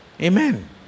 Amen